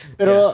Pero